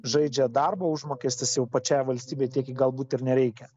žaidžia darbo užmokestis jau pačiai valstybei tiek galbūt ir nereikia